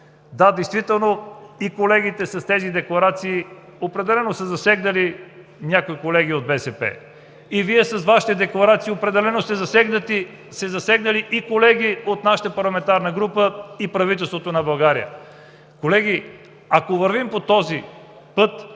Да, действително колеги с декларациите определено са засегнали някои колеги от БСП. Вие с Вашите декларации определено сте засегнали и колеги от нашата парламентарна група, и правителството на България. Колеги, ако вървим по този път: